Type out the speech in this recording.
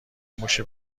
موش